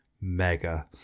mega